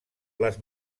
les